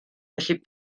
felly